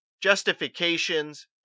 justifications